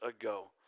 ago